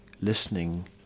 listening